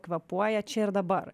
kvėpuoja čia ir dabar